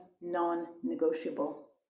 non-negotiable